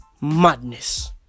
madness